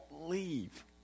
leave